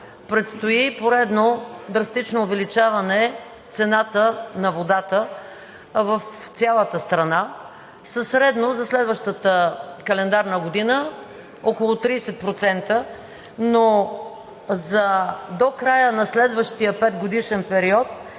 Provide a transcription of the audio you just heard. предстои поредно драстично увеличаване цената на водата в цялата страна със средно за следващата календарна година около 30%, но до края на следващия петгодишен период